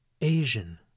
Asian